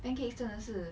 pancakes 真的是